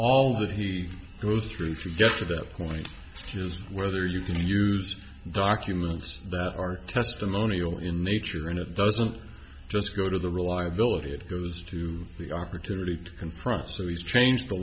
that he goes through to get to that point it's just whether you can use documents that are testimonial in nature and it doesn't just go to the reliability it goes to the opportunity to confront so he's changed the